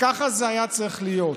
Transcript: וככה זה היה צריך להיות.